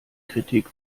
kritik